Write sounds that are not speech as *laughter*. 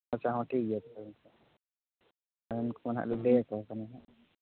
ᱟᱪᱪᱷᱟ ᱦᱚᱸ ᱴᱷᱤᱠ ᱜᱮᱭᱟ ᱛᱚᱵᱮ *unintelligible* ᱩᱱᱠᱩ ᱦᱟᱸᱜ ᱞᱤᱧ ᱞᱟᱹᱭ ᱟᱠᱚ ᱠᱟᱱᱟ